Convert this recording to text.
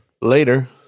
Later